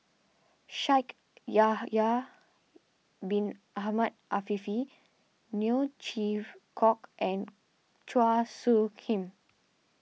Shaikh Yahya Bin Ahmed Afifi Neo Chwee Kok and Chua Soo Khim